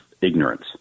ignorance